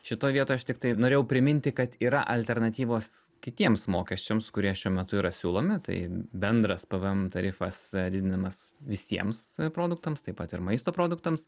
šitoj vietoj aš tiktai norėjau priminti kad yra alternatyvos kitiems mokesčiams kurie šiuo metu yra siūlomi tai bendras pvm tarifas didinamas visiems produktams taip pat ir maisto produktams